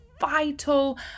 vital